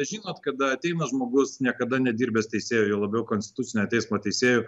žinot kada ateina žmogus niekada nedirbęs teisėju juo labiau konstitucinio teismo teisėju